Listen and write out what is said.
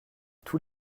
tous